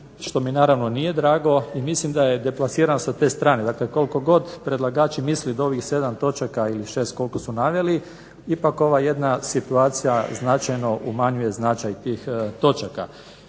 što mi naravno nije drago i mislim da je deplasiran sa te strane. Dakle koliko god predlagač misli od ovih 7 točaka ili 6 koliko su naveli ipak ova jedna situacija značajno umanjuje značaj tih točaka.